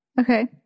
Okay